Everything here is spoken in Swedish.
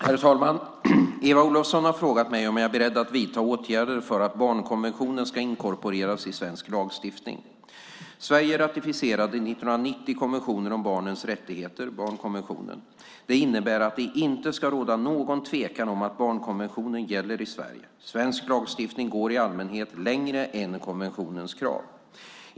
Herr talman! Eva Olofsson har frågat mig om jag är beredd att vidta åtgärder för att barnkonventionen ska inkorporeras i svensk lagstiftning. Sverige ratificerade 1990 konventionen om barnets rättigheter - barnkonventionen. Det innebär att det inte ska råda någon tvekan om att barnkonventionen gäller i Sverige. Svensk lagstiftning går i allmänhet längre än konventionens krav.